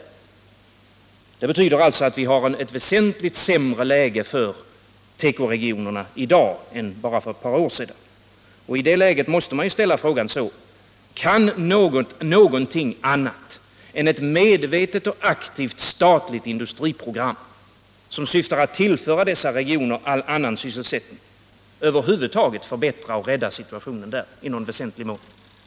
Det betyder alltså att vi harett väsentligt sämre läge för tekoregionerna i dag än bara för ett par år sedan. I den situationen måste man ställa följande fråga: Kan något annat än ett medvetet och aktivt statligt industriprogram, som syftar till att tillföra dessa regioner mesta möjliga sysselsättning, rädda eller över huvud taget förbättra läget där i någon väsentlig mån?